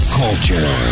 culture